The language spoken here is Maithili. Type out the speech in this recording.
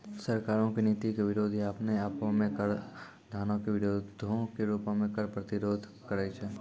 सरकारो के नीति के विरोध या अपने आपो मे कराधानो के विरोधो के रूपो मे कर प्रतिरोध करै छै